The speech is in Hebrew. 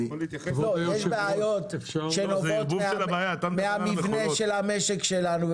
יש בעיות שנובעות מהמבנה של המשק שלנו,